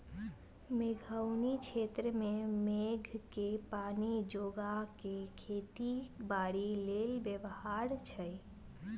मेघोउनी क्षेत्र में मेघके पानी जोगा कऽ खेती बाड़ी लेल व्यव्हार छै